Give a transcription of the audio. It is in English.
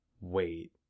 Wait